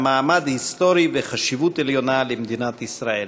מעמד היסטורי וחשיבות עליונה למדינת ישראל.